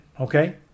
Okay